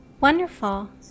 Wonderful